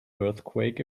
earthquake